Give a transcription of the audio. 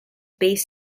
base